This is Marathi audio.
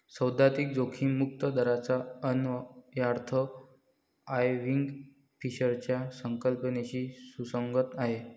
सैद्धांतिक जोखीम मुक्त दराचा अन्वयार्थ आयर्विंग फिशरच्या संकल्पनेशी सुसंगत आहे